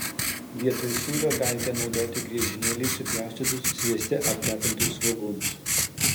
vietoj sūrio galite naudoti griežinėliais supjaustytus svieste apkepintus svogūnus